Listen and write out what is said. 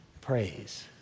praise